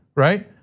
right?